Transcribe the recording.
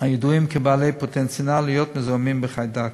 הידועים כבעלי פוטנציאל להיות מזוהמים בחיידק.